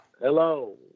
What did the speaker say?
Hello